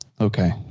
Okay